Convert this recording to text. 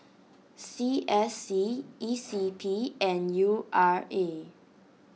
C S C E C P and U R A